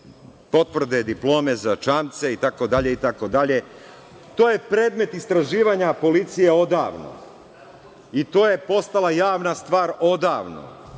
potvrde, diplome za čamce itd. To je predmet istraživanja policija odavno i to je postala javna stvar odavno,